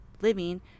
living